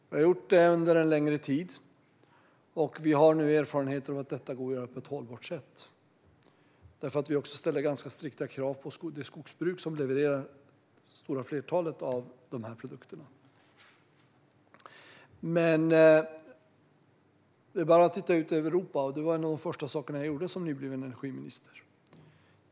Det har varit så under en längre tid, och vi har nu erfarenheter av att det går att göra på ett hållbart sätt eftersom det råder strikta krav på det skogsbruk som levererar det stora flertalet av produkterna. Det är bara att titta ut över Europa. Det var en av de första sakerna jag gjorde som nybliven energiminister.